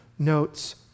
notes